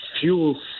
fuel